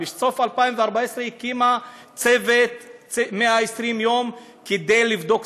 בסוף 2014 הקימה צוות 120 יום כדי לבדוק,